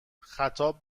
خطاب